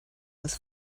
was